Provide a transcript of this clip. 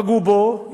פגעו בו,